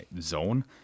zone